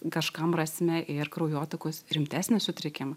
kažkam rasime ir kraujotakos rimtesnių sutrikimų